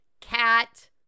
cat